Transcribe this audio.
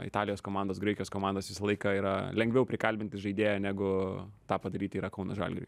italijos komandos graikijos komandos visą laiką yra lengviau prikalbinti žaidėją negu tą padaryti yra kauno žalgiriui